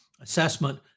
assessment